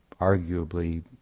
arguably